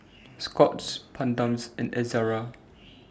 Scott's Bedpans and Ezerra